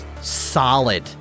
solid